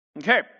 Okay